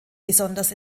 besonders